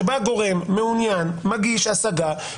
כשבא גורם מעוניין ומגיש השגה,